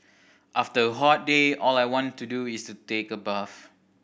after a hot day all I want to do is take a bath